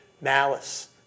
malice